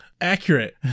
Accurate